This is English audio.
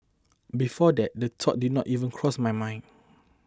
before that the thought did not even cross my mind